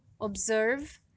observe